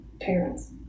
parents